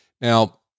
Now